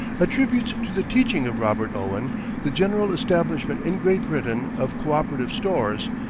attributes to the teaching of robert owen the general establishment in great britain of cooperative stores,